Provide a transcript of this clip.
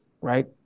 right